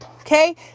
okay